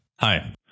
Hi